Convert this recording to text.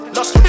Lost